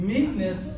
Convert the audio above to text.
Meekness